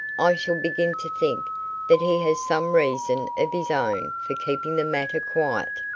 i shall begin to think that he has some reason of his own for keeping the matter quiet.